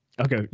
Okay